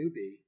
newbie